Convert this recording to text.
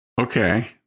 Okay